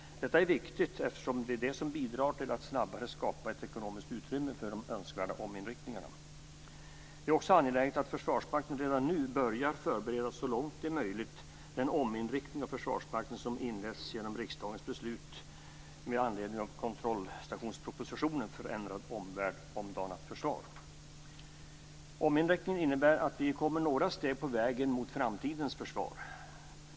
Detta är viktigt, eftersom det är det som bidrar till att snabbare skapa ett ekonomiskt utrymme för den önskvärda ominriktningen. Det är också angeläget att Försvarsmakten redan nu börjar förbereda så långt det är möjligt den ominriktning av Försvarsmakten som inletts genom riksdagens beslut med anledning av kontrollstationspropositionen Förändrad omvärld - omdanat försvar. Ominriktningen innebär att vi kommer några steg på vägen mot framtidens försvar.